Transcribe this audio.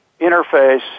interface